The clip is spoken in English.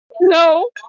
no